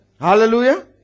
Hallelujah